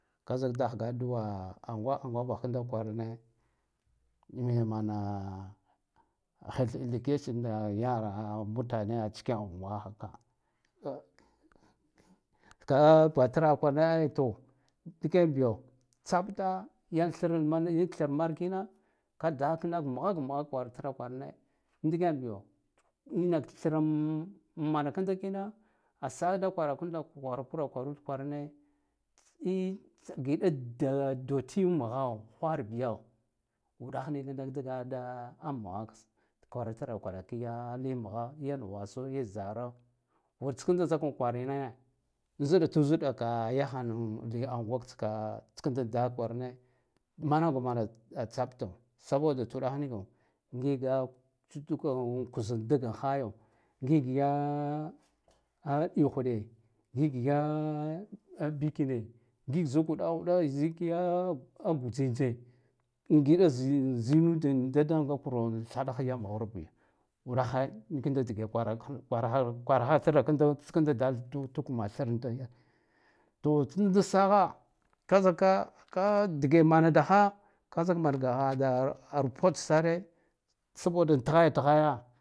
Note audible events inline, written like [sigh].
Ka zik dakhga diwa a angwa angwa bakhkanda kwarane [hesitation] heam health education [unintelligible] mutane acikin angwa haka [hesitation] ka batraha kwarane to ndiken tsabta yan thranmanya thar mar kina ka dakan da maghak mgha kwaratra kwarane ndiken biyo enak thrama [hesitation] manakanda a sada “kwara kanda kwara kura kwarud kwarane [hesitation] dottim mgho ghwarhigo uɗakh nikadak daga amghakas kwaratra kwara kiya limgha yi nughwasa yi zaro, wurtskanda zika kwarina zɗatru zɗaka yakhan li angwak tskan da tkwarane manamgaman tasfto saboda tu ɗakh niko ngiga tsuttukan kuzan ndagan khayo ngikya ya ɗi khuɗe, ya bikine, ngik zuɗak zuɗak zikiya gutsintse angidazinudan dada ngakur thaɗam mghurbi uɗakhe nikanda dge “kurahk kwarahatrakando tskan da dal da “tuk-tuk man thranda to tskan da sagha ka zika ka dgemangagha ka zik mangagha [hesitation] report sare sabodat ghayadghaya.